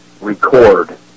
record